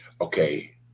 Okay